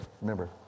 remember